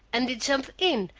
and he jumped in,